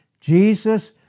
Jesus